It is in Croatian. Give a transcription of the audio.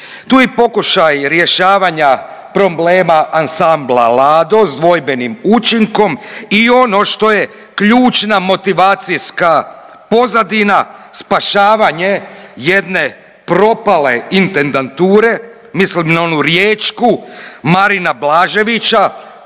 je i pokušaj rješavanja problema ansambla Lado s dvojbenim učinkom i ono što je ključna motivacijska pozadina spašavanje jedne propale intendanture mislim na onu riječku Marina Blaževića